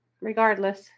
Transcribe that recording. regardless